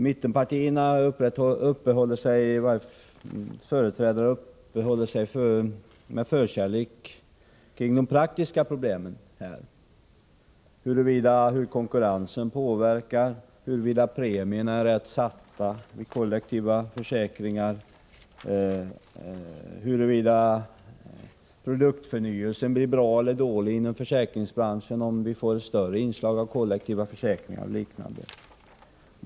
Mittenpartiernas företrädare uppehåller sig med förkärlek vid de praktiska problemen — hur konkurrensen påverkas, huruvida premierna är rätt satta i kollektiva försäkringar, huruvida produktförnyelsen inom försäkringsbranschen blir bra eller dålig om vi får ett större inslag av kollektiva försäkringar och liknande frågor.